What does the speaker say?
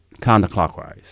counterclockwise